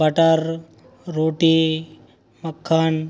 butter रोटी मक्खन